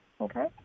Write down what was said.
Okay